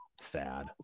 Sad